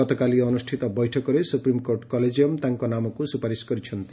ଗତକାଲି ଅନୁଷ୍ଟିତ ବୈଠକରେ ସୁପ୍ରିମ୍କୋର୍ଟ କଲିକିୟମ୍ ତାଙ୍କ ନାମକୁ ସ୍ପପାରିସ କରିଛନ୍ତି